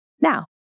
Now